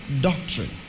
doctrine